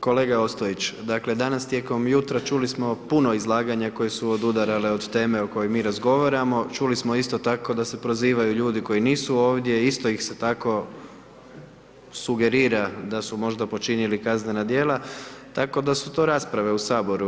Kolega Ostojić, dakle, danas tijekom jutra čuli smo puno izlaganja koje su odudarale od teme o kojoj mi razgovaramo, čuli smo isto tako da se prozivaju ljudi koji nisu ovdje, isto ih se tako sugerira da su možda počinili kaznena djela, tako da su to rasprave u Saboru.